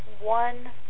one